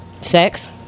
Sex